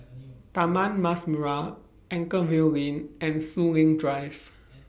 Taman Mas Merah Anchorvale Lane and Soon Lee Drive